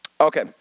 Okay